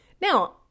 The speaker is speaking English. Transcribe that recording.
Now